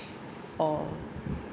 uh